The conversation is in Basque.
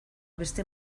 beste